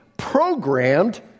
programmed